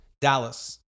Dallas